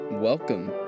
Welcome